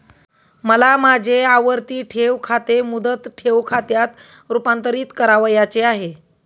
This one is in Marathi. मला माझे आवर्ती ठेव खाते मुदत ठेव खात्यात रुपांतरीत करावयाचे आहे